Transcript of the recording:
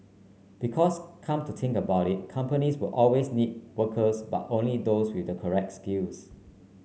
because come to think about it companies will always need workers but only those with the correct skills